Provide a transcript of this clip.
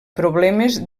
problemes